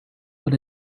but